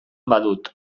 badut